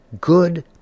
Good